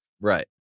Right